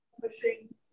pushing